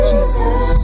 Jesus